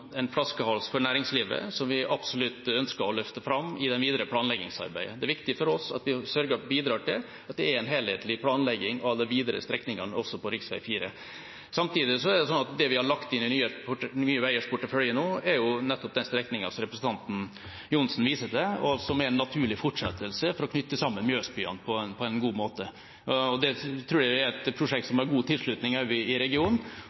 en flaskehals for næringslivet, som vi absolutt ønsker å løfte fram i det videre planleggingsarbeidet. Det er viktig for oss at vi bidrar til at det er en helhetlig planlegging av de videre strekningene også på rv. 4. Samtidig er det sånn at det vi har lagt inn i Nye Veiers portefølje nå, er nettopp den strekningen som representanten Johnsen viser til, og som er en naturlig fortsettelse for å knytte sammen Mjøsbyene på en god måte. Det tror jeg er et prosjekt som har god tilslutning også i regionen,